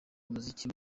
umuziki